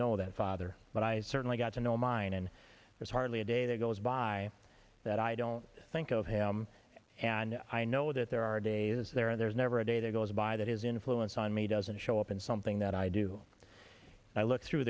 know that father but i certainly got to know mine and there's hardly a day that goes by that i don't think of him and i know that there are days there and there's never a day that goes by that his influence on me doesn't show up in something that i do i look through